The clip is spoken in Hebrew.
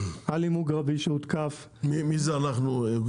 עלי מוגרבי שהותקף --- מי זה אנחנו?